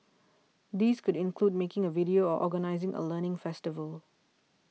these could include making a video or organising a learning festival